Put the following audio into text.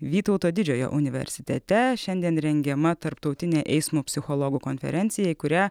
vytauto didžiojo universitete šiandien rengiama tarptautinė eismo psichologų konferencija į kurią